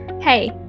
Hey